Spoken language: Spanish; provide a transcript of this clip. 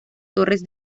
torres